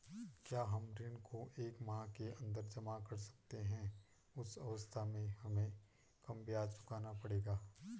क्या हम ऋण को एक माह के अन्दर जमा कर सकते हैं उस अवस्था में हमें कम ब्याज चुकाना पड़ेगा?